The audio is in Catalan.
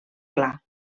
clar